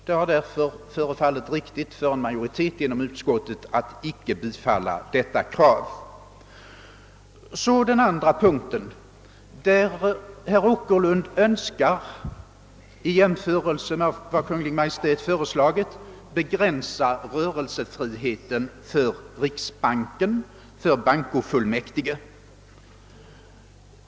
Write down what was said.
Det har förefallit riktigt för majoriteten inom utskottet att icke tillstyrka utredningskravet. I den andra punkten i reservationen önskar herr Åkerlund i jämförelse med vad Kungl. Maj:t föreslagit begränsa rörelsefriheten för riksbanken, för bankofullmäktige.